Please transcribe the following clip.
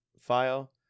File